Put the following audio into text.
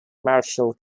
marshall